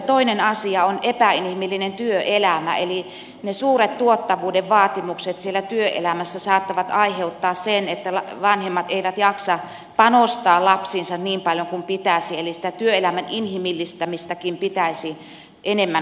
toinen asia on epäinhimillinen työelämä eli ne suuret tuottavuuden vaatimukset siellä työelämässä saattavat aiheuttaa sen että vanhemmat eivät jaksa panostaa lapsiinsa niin paljon kuin pitäisi eli sitä työelämän inhimillistämistäkin pitäisi enemmän huomioida